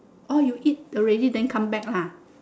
orh you eat already then come back lah